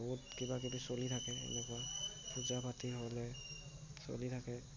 বহুত কিবা কিবি চলি থাকে এনেকুৱা পুজা পাতি হ'লে চলি থাকে